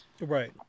Right